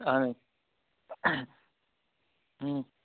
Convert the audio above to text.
اَہن حظ